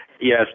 Yes